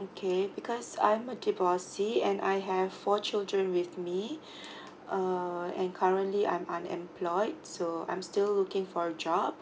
okay because I'm a divorcee and I have four children with me uh and currently I'm unemployed so I'm still looking for a job